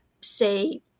say